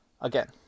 again